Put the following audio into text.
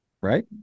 Right